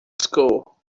school